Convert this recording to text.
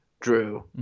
drew